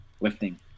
Lifting